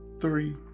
three